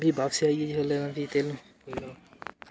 भी बापस आई गे जिसलै भी तैह्लूं तैह्लूं